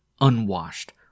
unwashed